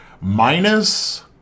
minus